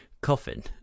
coffin